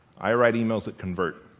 i write emails that convert.